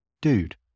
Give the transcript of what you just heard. dude